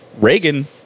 Reagan